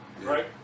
Right